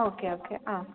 okay okay ആ